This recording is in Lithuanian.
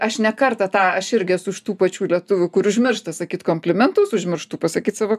aš ne kartą tą aš irgi esu iš tų pačių lietuvių kur užmiršta sakyt komplimentus užmirštu pasakyt savo